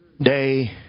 day